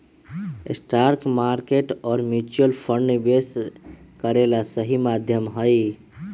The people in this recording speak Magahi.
स्टॉक मार्केट और म्यूच्यूअल फण्ड निवेश करे ला सही माध्यम हई